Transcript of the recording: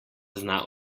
zna